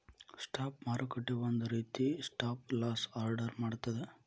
stop ಮಾರುಕಟ್ಟೆ ಒಂದ ರೇತಿ ಸ್ಟಾಪ್ ಲಾಸ್ ಆರ್ಡರ್ ಮಾಡ್ತದ